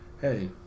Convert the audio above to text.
hey